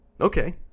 Okay